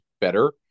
better